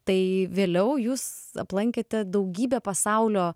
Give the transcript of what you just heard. tai vėliau jūs aplankėte daugybę pasaulio